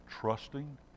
trusting